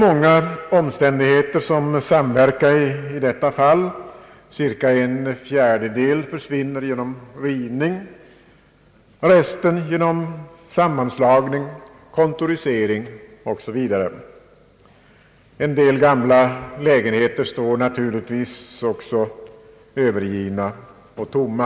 Många omständigheter samverkar i detta fall. inte minst från kommunernas Cirka en fjärdedel försvinner genom rivning, annat genom sammanslagning, kontorisering osv. En del gamla lägenheter står naturligtvis också övergivna och tomma.